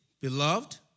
Beloved